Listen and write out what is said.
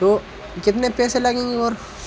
तो कितने पैसे लगेंगे और